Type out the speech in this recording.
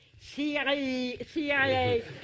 CIA